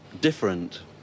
different